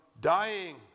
dying